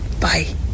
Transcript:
bye